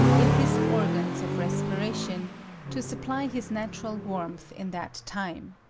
in his organs of respiration to supply his natural warmth in that time.